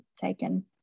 taken